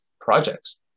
projects